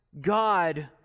God